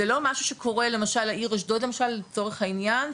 זה לא משהו שקורה למשל העיר אשדוד למשל לצורך העניין,